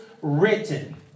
written